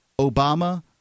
Obama